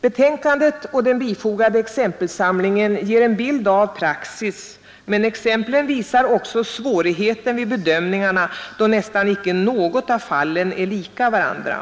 Betänkandet och den Ming m.m. bifogade exempelsamlingen ger en bild av praxis, men exemplen visar också svårigheten vid bedömningarna då nästan icke något av fallen är Kungl. Maj:ts likt de andra.